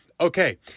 Okay